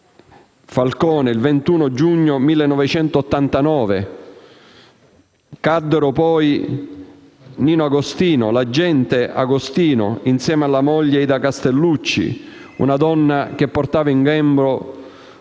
Falcone, il 21 giugno 1989, caddero l'agente Nino Agostino, insieme alla moglie Ida Castelluccio, una donna che portava in grembo